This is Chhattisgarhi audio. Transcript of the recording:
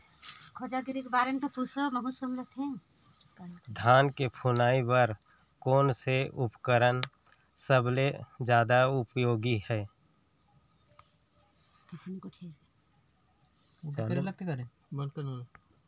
धान के फुनाई बर कोन से उपकरण सबले जादा उपयोगी हे?